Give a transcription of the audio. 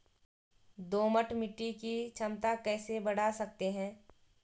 दोमट मिट्टी की क्षमता कैसे बड़ा सकते हैं?